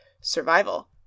survival